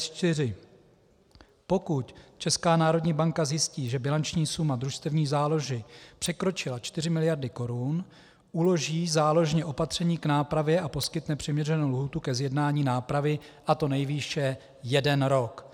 4: Pokud Česká národní banka zjistí, že bilanční suma družstevní záložny překročila 4 mld. korun, uloží záložně opatření k nápravě a poskytne přiměřenou lhůtu ke zjednání nápravy, a to nejvýše jeden rok.